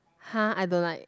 !huh! I don't like